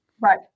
Right